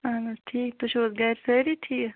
اَہن حظ ٹھیٖک تُہۍ چھُو حظ گھرِ سٲری ٹھیٖک